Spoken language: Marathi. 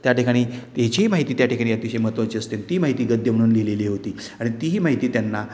त्या ठिकाणी हे जी माहिती त्या ठिकाणी अतिशय महत्त्वाची असते ती माहिती गद्य म्हणून लिहिलेली होती आणि ती हि माहिती त्यांना